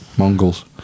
mongols